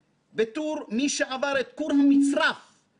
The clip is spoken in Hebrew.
והיה שותף לבחינת רבבות נתונים ודפי מידע,